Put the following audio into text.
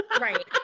Right